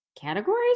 categories